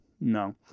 No